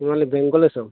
ᱦᱳᱭ ᱟᱞᱮ ᱵᱮᱝᱜᱚᱞ ᱫᱤᱥᱚᱢ